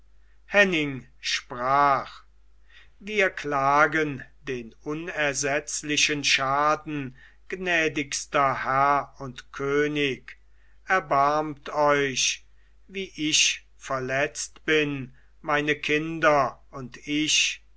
henning sprach wir klagen den unersetzlichen schaden gnädigster herr und könig erbarmt euch wie ich verletzt bin meine kinder und ich